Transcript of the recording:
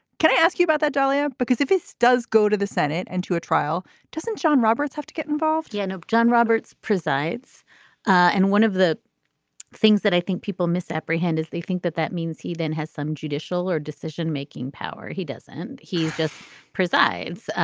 can i ask you about that dalia because if this does go to the senate and to a trial doesn't john roberts have to get involved and john roberts presides in and one of the things that i think people miss apprehend is they think that that means he then has some judicial or decision making power. he doesn't he just presides